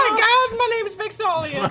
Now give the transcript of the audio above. guys, my name is vex'ahlia.